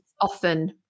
often